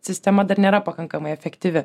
sistema dar nėra pakankamai efektyvi